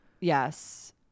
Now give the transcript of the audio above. Yes